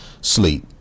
sleep